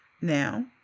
now